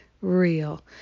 real